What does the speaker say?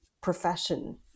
profession